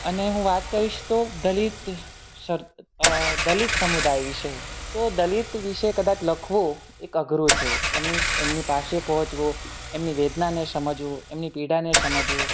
અને હું વાત કરીશ તો દલિત દલિત સમુદાય વિશે તો દલિત વિશે કદાચ લખવું એ અઘરું છે એમની પાસે પહોંચવું એમની વેદનાને સમજવું એમની પીડાને સમજવું